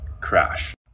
crash